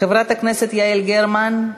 חברת הכנסת יעל גרמן,